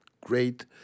great